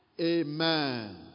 amen